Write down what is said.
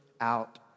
out